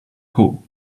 pool